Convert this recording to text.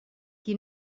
qui